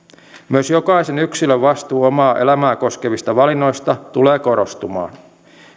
myös jokaisen yksilön vastuu omaa elämää koskevista valinnoista tulee korostumaan